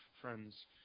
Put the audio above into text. friends